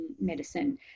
medicine